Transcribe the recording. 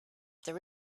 there